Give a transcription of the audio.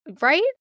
Right